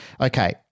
okay